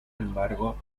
embargo